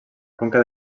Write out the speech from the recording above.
conca